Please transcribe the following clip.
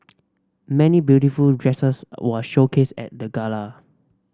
many beautiful dresses were showcased at the gala